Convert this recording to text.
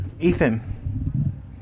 Ethan